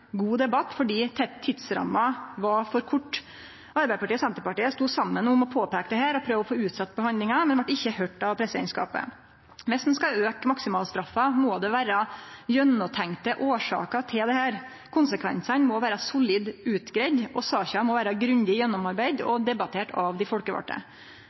god debatt, fordi tidsramma var for kort. Arbeidarpartiet og Senterpartiet stod saman om å påpeike dette og å prøve å få utsett behandlinga, men vart ikkje høyrde av presidentskapet. Viss ein skal auke maksimalstraffa, må det vere gjennomtenkte årsaker til dette. Konsekvensane må vere solid utgreidde, og saka må vere grundig gjennomarbeidd og debattert av dei folkevalde.